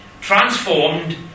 transformed